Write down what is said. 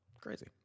crazy